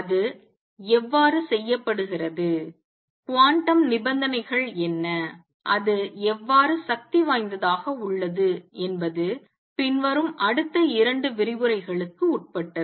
அது எவ்வாறு செய்யப்படுகிறது குவாண்டம் நிபந்தனைகள் என்ன அது எவ்வாறு சக்திவாய்ந்ததாக உள்ளது என்பது பின்வரும் அடுத்த இரண்டு விரிவுரைகளுக்கு உட்பட்டது